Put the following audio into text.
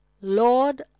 Lord